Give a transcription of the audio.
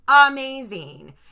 amazing